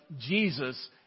Jesus